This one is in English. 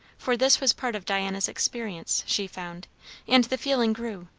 for this was part of diana's experience, she found and the feeling grew,